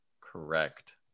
correct